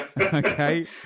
Okay